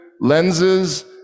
lenses